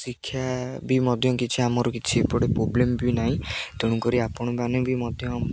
ଶିକ୍ଷା ବି ମଧ୍ୟ କିଛି ଆମର କିଛି ଏପଟେ ପ୍ରୋବ୍ଲେମ ବି ନାହିଁ ତେଣୁକରି ଆପଣମାନେ ବି ମଧ୍ୟ